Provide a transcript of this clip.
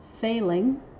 failing